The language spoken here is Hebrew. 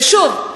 ושוב,